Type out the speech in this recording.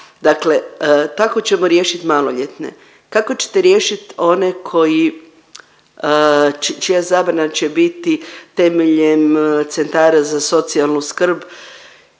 Dakle tako ćemo riješit maloljetne. Kako ćete riješit one koji čija zabrana će biti temeljem centara za socijalnu skrb